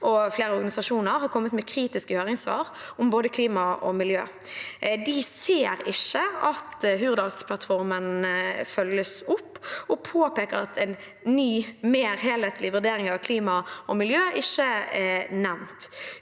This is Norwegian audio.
og flere organisasjoner har kommet med kritiske høringssvar om både klima og miljø. De ser ikke at Hurdalsplattformen følges opp, og påpeker at en ny, mer helhetlig vurdering av klima og miljø ikke er nevnt.